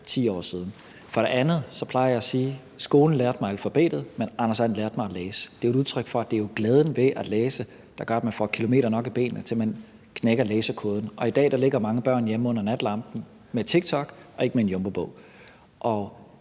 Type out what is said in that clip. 10 år siden. For det andet plejer jeg at sige: Skolen lærte mig alfabetet, men Anders And lærte mig at læse. Det er et udtryk for, at det er glæden ved at læse, der gør, at man får kilometer nok i benene til, at man knækker læsekoden. Og i dag ligger mange børn hjemme under natlampen med TikTok og ikke med en Jumbobog.